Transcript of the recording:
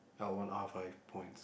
L one R five points